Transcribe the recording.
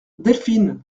delphine